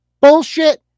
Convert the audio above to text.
bullshit